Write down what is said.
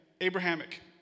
Abrahamic